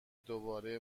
دوباره